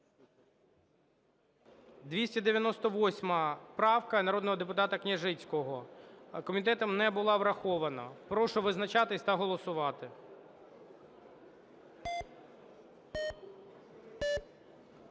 298 правка народного депутата Княжицького. Комітетом не була врахована. Прошу визначатись та голосувати.